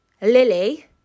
Lily